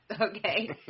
Okay